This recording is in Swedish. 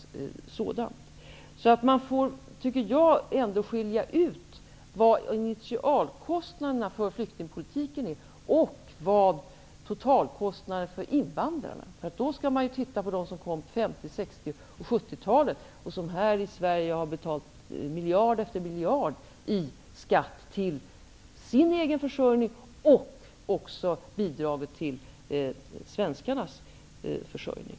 Jag tycker alltså att man ändå skall skilja ut vad initialkostnaden för flyktingpolitiken är och vad totalkostnaden för invandrarna är. Man skall ju också titta på dem som kom hit på 50-, 60 och 70 talen och som här i Sverige har betalat miljard efter miljard i skatt att användas till sin egen försörjning. Dessutom har de bidragit till svenskarnas försörjning.